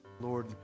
Lord